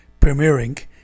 premiering